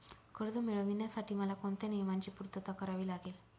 कर्ज मिळविण्यासाठी मला कोणत्या नियमांची पूर्तता करावी लागेल?